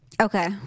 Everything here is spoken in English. Okay